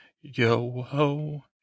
Yo-ho